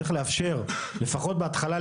לפחות בהתחלה,